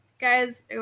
Guys